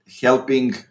helping